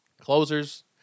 Closers